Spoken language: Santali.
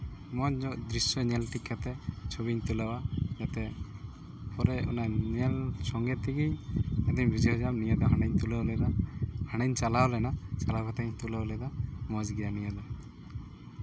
ᱢᱚᱡᱽ ᱧᱚᱜ ᱫᱨᱤᱥᱥᱚ ᱧᱮᱞ ᱴᱷᱤᱠ ᱠᱟᱛᱮᱜ ᱪᱷᱚᱵᱤᱧ ᱛᱩᱞᱟᱹᱣᱟ ᱱᱚᱛ ᱮ ᱯᱚᱨᱮ ᱚᱱᱮ ᱧᱮᱞ ᱥᱚᱸᱜᱮ ᱛᱮᱜᱮ ᱤᱧᱫᱩᱧ ᱵᱩᱡᱷᱟᱹᱣ ᱛᱩᱞᱟᱹᱣ ᱞᱮᱱᱟ ᱦᱟᱱᱮᱧ ᱪᱟᱞᱟᱣ ᱞᱮᱱᱟ ᱪᱟᱞᱟᱣ ᱠᱟᱛᱮᱫ ᱤᱧ ᱛᱩᱞᱟᱹᱣ ᱞᱮᱫᱟ ᱢᱚᱡᱽ ᱜᱮᱭᱟ ᱱᱤᱭᱟᱹ ᱫᱚ